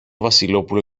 βασιλόπουλο